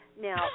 Now